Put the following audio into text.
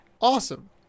awesome